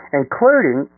including